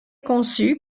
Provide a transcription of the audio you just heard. conçu